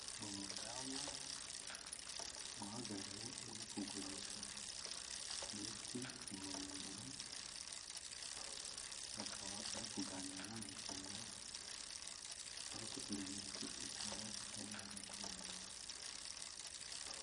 Ni umudamu uhagaze uri kugurisha imiti imuri imbere, akaba ari kuganira n'umukiriya, ariko iyo miti ikaba ari iya gakondo.